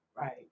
Right